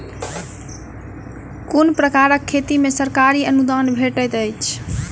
केँ कुन प्रकारक खेती मे सरकारी अनुदान भेटैत अछि?